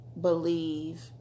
believe